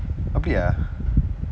அப்படியா:appadiyaa